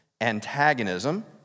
antagonism